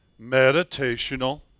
meditational